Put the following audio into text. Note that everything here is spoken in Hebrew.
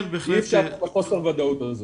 אי אפשר עם חוסר הוודאות הזאת.